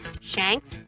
shanks